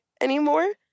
anymore